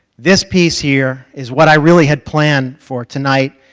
this piece here is what i really had planned for tonight.